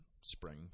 spring